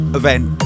event